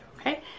okay